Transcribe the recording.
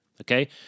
okay